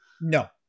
no